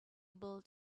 able